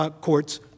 courts